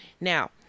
Now